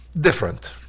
different